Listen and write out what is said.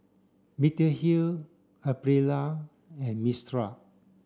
Mediheal Aprilia and Mistral